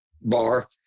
bar